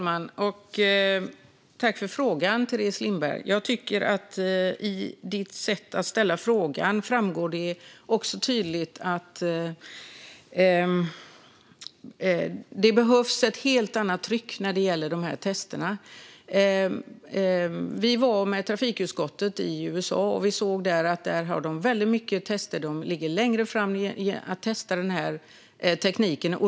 Herr talman! Jag tackar Teres Lindberg för frågan. Av hennes sätt att ställa frågan framgår det tydligt att det behövs ett helt annat tryck när det gäller dessa tester. Vi var med trafikutskottet i USA. Där gör de väldigt många tester, och de ligger längre fram när det gäller att testa denna teknik.